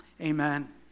amen